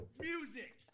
music